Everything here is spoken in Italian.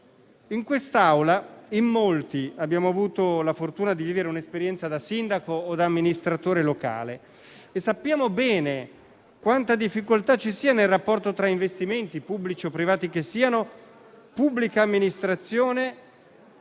In quest'Aula in molti abbiamo avuto la fortuna di vivere un'esperienza da sindaco o da amministratore locale e sappiamo bene quante difficoltà ci siano nel rapporto tra investimenti, pubblici o privati che siano, pubblica amministrazione